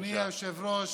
אדוני היושב-ראש,